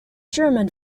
german